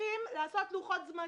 צריכים לעשות להם לוחות זמנים.